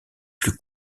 plus